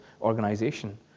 organization